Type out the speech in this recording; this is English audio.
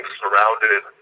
surrounded